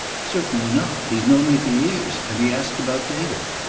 certainly not. he's known me for years. and he asked about david.